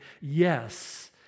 yes